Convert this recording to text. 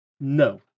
No